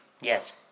Yes